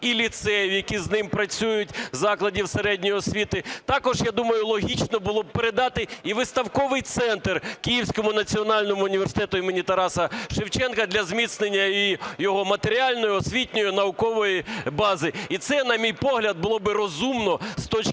і ліцеїв, які з ним працюють, закладів середньої освіти. Також, я думаю, логічно було б передати і виставковий центр Київському національному університету імені Тараса Шевченка для зміцнення його матеріальної, освітньої, наукової бази. І це, на мій погляд, було б розумно з точки